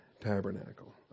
tabernacle